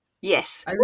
Yes